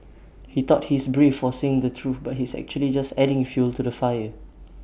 he thought he's brave for saying the truth but he's actually just adding fuel to the fire